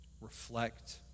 reflect